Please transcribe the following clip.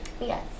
Yes